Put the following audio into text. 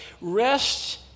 Rest